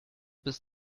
bis